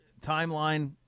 timeline